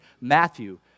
Matthew